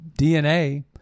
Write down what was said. DNA